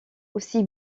aussi